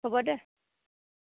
হ'ব দে